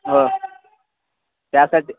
हो त्यासाठी